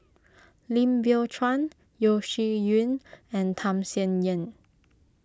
Lim Biow Chuan Yeo Shih Yun and Tham Sien Yen